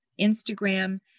Instagram